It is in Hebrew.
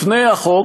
לפני החוק,